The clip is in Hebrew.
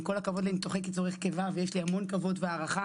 עם כל הכבוד לניתוחי קיצורי קיבה ויש לי המון כבוד והערכה